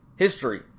History